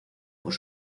por